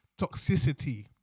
toxicity